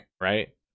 right